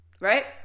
Right